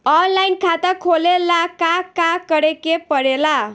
Online खाता खोले ला का का करे के पड़े ला?